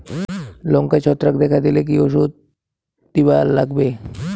লঙ্কায় ছত্রাক দেখা দিলে কি ওষুধ দিবার লাগবে?